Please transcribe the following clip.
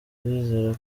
turizera